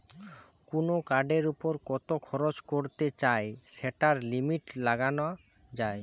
কুনো কার্ডের উপর কত খরচ করতে চাই সেটার লিমিট লাগানা যায়